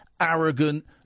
arrogant